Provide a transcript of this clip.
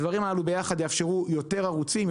הדברים הללו יחד יאפשרו יותר ערוצים,